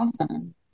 Awesome